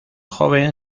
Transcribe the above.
joven